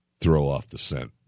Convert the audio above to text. throw-off-the-scent